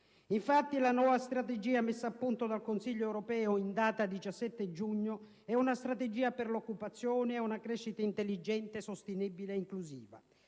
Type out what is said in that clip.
crescita. La nuova strategia messa a punto dal Consiglio europeo, in data 17 giugno, è infatti una strategia per l'occupazione e una crescita intelligente, sostenibile e inclusiva.